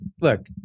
look